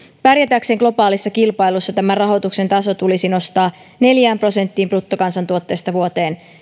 pärjätäksemme globaalissa kilpailussa rahoituksen taso tulisi nostaa neljään prosenttiin bruttokansantuotteesta vuoteen